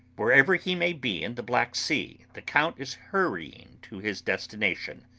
wherever he may be in the black sea, the count is hurrying to his destination.